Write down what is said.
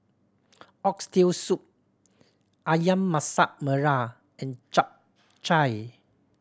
Oxtail Soup Ayam Masak Merah and Chap Chai